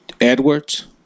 Edwards